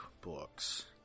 books